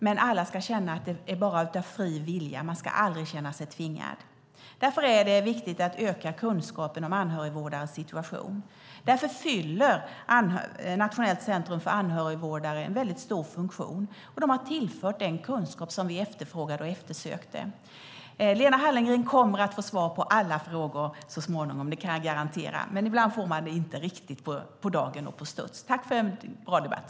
Men alla ska känna att det bara är av fri vilja. Man ska aldrig känna sig tvingad. Därför är det viktigt att öka kunskapen om anhörigvårdares situation. Därför fyller det nationella centrumet för anhörigvårdare en väldigt stor funktion. De har tillfört den kunskap som vi efterfrågade och eftersökte. Lena Hallengren kommer att få svar på alla frågor så småningom. Det kan jag garantera. Men ibland får man det inte riktigt på dagen och på studs. Tack för en bra debatt!